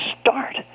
start